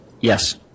Yes